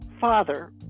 father